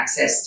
accessed